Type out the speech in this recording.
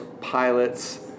Pilots